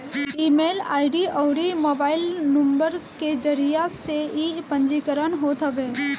email ID अउरी mobile number के जरिया से इ पंजीकरण होत हवे